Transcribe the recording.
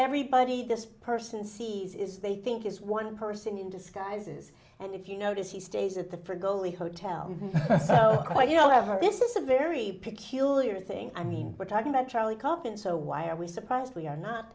everybody this person sees is they think is one person in disguises and if you notice he stays at the for goli hotel quite you know i have heard this is a very peculiar thing i mean we're talking about charlie kaufman so why are we surprised we are not